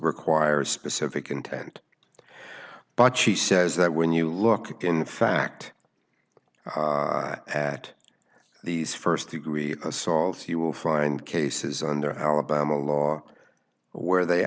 requires specific intent but she says that when you look in fact at these st degree assault you will find cases under alabama law where they